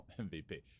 MVP